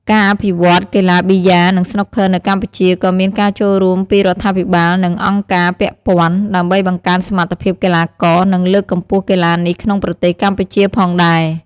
ការអភិវឌ្ឍន៍កីឡាប៊ីយ៉ា និងស្នូកឃ័រនៅកម្ពុជាក៏មានការចូលរួមពីរដ្ឋាភិបាល និងអង្គការពាក់ព័ន្ធ ដើម្បីបង្កើនសមត្ថភាពកីឡាករ និងលើកកម្ពស់កីឡានេះក្នុងប្រទេសកម្ពុជាផងដែរ។